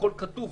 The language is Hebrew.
הכול כתוב.